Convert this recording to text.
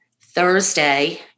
Thursday